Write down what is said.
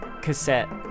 cassette